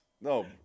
No